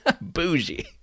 Bougie